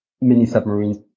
mini-submarines